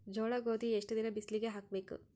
ಜೋಳ ಗೋಧಿ ಎಷ್ಟ ದಿನ ಬಿಸಿಲಿಗೆ ಹಾಕ್ಬೇಕು?